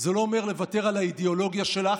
זה לא אומר לוותר על האידיאולוגיה שלך.